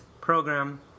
program